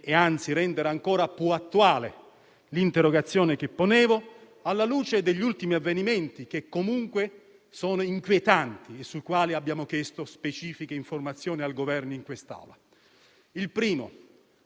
e anzi la rende ancora più attuale, alla luce degli ultimi avvenimenti che comunque sono inquietanti e sui quali abbiamo chiesto specifiche informazioni al Governo in questa Aula.